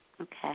Okay